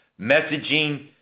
messaging